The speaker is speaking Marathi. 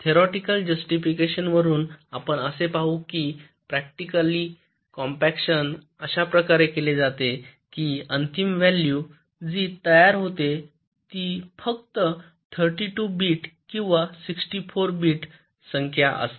थिओरिटिकेल जस्टिफिकेशन वरून आपण असे पाहू कि प्रॅक्टिकली कॉम्पॅक्शन अशा प्रकारे केले जाते की अंतिम व्हॅल्यू जी तयार होते ती फक्त 32 बिट किंवा 64 बिट संख्या असते